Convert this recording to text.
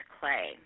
clay